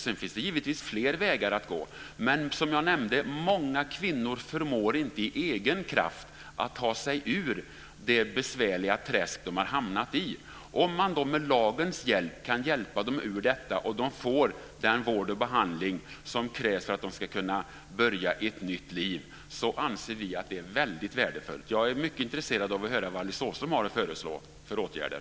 Sedan finns det givetvis fler vägar att gå, men som jag nämnde: Många kvinnor förmår inte av egen kraft att ta sig ur det besvärliga träsk de har hamnat i. Om man då med lagens hjälp kan hjälpa dem ur detta och de får den vård och behandling som krävs för att de ska kunna börja ett nytt liv så anser vi att det är väldigt värdefullt. Jag är mycket intresserad av att höra vad Alice Åström har att föreslå för åtgärder.